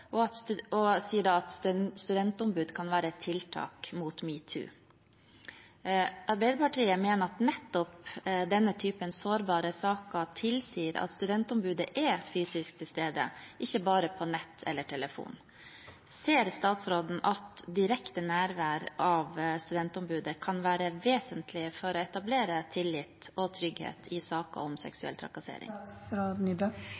løpet av studietiden og sier at studentombud kan være et tiltak mot metoo. Arbeiderpartiet mener at nettopp slike sårbare saker tilsier at studentombudet er fysisk til stede, ikke bare på nett eller telefon. Ser statsråden at direkte nærvær av studentombudet kan være vesentlig for å etablere tillit og trygghet i saker om